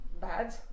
bad